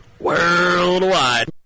Worldwide